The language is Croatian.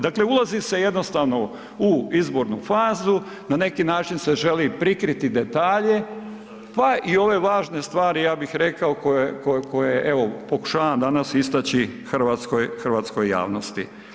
Dakle, ulazi se jednostavno u izbornu fazu, na neki način se želi prikriti detalje pa i ove važne stvari, ja bi rekao koje evo pokušavam danas istaći hrvatskoj javnosti.